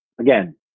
again